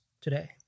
today